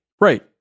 Right